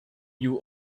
you